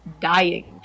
dying